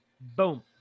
Boom